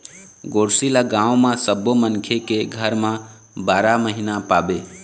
गोरसी ल गाँव म सब्बो मनखे के घर म बारा महिना पाबे